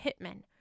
hitmen